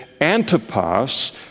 Antipas